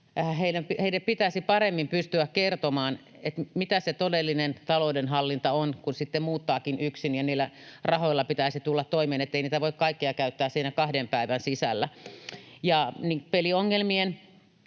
nuorille pitäisi paremmin pystyä kertomaan, mitä se todellinen taloudenhallinta on, kun sitten muuttaakin yksin ja niillä rahoilla pitäisi tulla toimeen eikä niitä voi kaikkia käyttää siinä kahden päivän sisällä. Peliongelmien